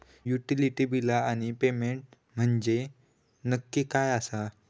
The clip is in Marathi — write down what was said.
युटिलिटी बिला आणि पेमेंट म्हंजे नक्की काय आसा?